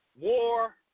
War